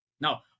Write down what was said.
Now